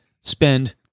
Spend